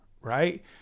right